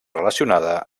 relacionada